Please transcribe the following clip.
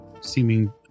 seeming